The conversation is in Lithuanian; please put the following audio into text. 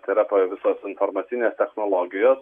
tai yra po visos informacinės technologijos